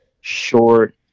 short